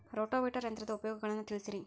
rotavator ಯಂತ್ರದ ಉಪಯೋಗಗಳನ್ನ ತಿಳಿಸಿರಿ